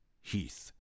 Heath